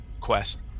quest